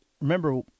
remember